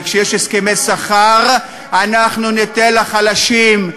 וכשיש הסכמי שכר אנחנו ניתן לחלשים,